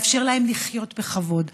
לאפשר להם לחיות בכבוד,